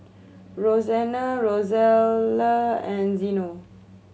Roseanna Rosella and Zeno